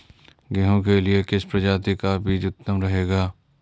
गेहूँ के लिए किस प्रजाति का बीज उत्तम रहेगा?